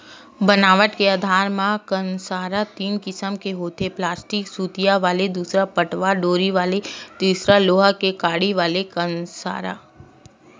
बनावट के आधार म कांसरा तीन किसम के होथे प्लास्टिक सुतरी वाले दूसर पटवा डोरी वाले तिसर लोहा के कड़ी वाले कांसरा